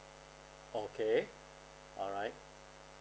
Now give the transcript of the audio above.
okay alright